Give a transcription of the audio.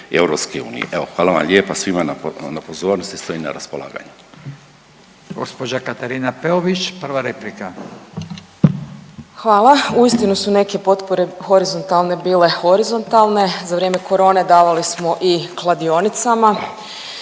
Evo, hvala vam lijepa svima pozornosti, stojim na raspolaganju.